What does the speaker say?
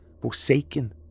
forsaken